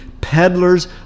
peddlers